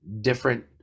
different